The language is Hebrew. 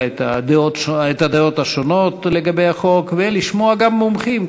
את הדעות השונות לגבי החוק ולשמוע גם מומחים,